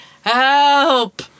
Help